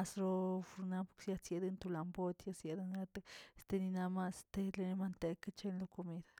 asro nof fiad dento la puetia xiedeniate tenina maste le matekche lo komid.